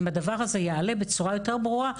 אם הדבר הזה יעלה בצורה יותר ברורה,